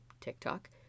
TikTok